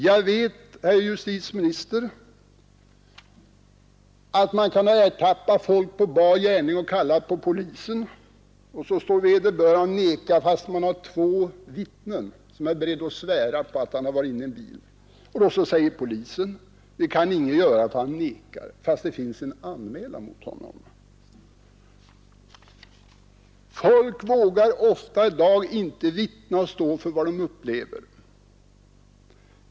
Jag vet, herr justitieminister, att man kan ha ertappat folk på bar gärning och kallat på polis. Den ertappade nekar, trots att det finns två vittnen som är beredda att svära på att han varit inne i en bil. Då säger polisen: Vi kan ingenting göra därför att han nekar — fastän det finns en anmälan mot honom. Folk vågar i dag ofta inte vittna och stå för vad de upplever.